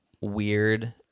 weird